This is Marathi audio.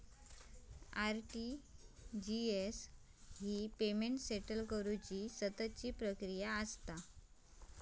आर.टी.जी.एस ह्या पेमेंट सेटल करुची सततची प्रक्रिया असा